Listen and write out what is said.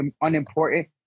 unimportant